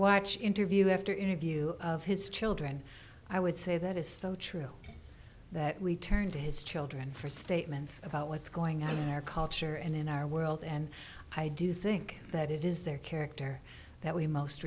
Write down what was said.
watch interview after interview of his children i would say that is so true that we turn to his children for statements about what's going on in our culture and in our world and i do think that it is their character that we most